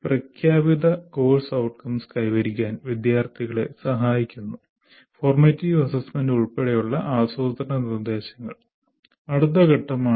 പ്രഖ്യാപിത course outcomes കൈവരിക്കാൻ വിദ്യാർത്ഥികളെ സഹായിക്കുന്ന ഫോർമാറ്റീവ് അസസ്മെന്റ് ഉൾപ്പെടെയുള്ള ആസൂത്രണ നിർദ്ദേശങ്ങൾ അടുത്ത ഘട്ടമാണ്